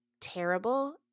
terrible